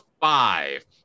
five